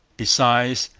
besides,